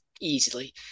easily